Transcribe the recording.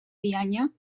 bianya